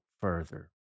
further